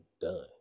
done